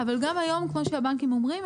אבל גם היום כמו שהבנקים אומרים,